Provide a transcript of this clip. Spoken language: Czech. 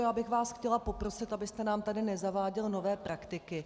Já bych vás chtěla poprosit, abyste nám tady nezaváděl nové praktiky.